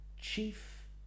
chief